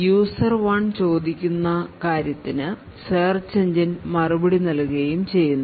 user 1 ചോദിക്കുന്ന കാര്യത്തിന് search engine മറുപടി നൽകുകയും ചെയ്യുന്നു